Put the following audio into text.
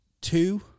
two